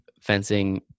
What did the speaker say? fencing